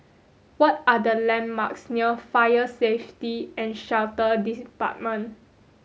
what are the landmarks near Fire Safety and Shelter Department